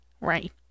right